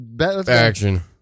action